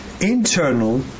internal